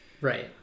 right